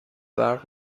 برق